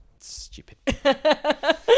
Stupid